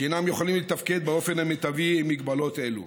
שאינם יכולים לתפקד באופן המיטבי עם מגבלות אלו.